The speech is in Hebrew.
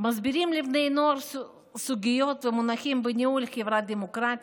מסבירים לבני נוער סוגיות ומונחים בניהול חברה דמוקרטית.